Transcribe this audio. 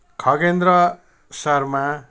Khagendra Sharma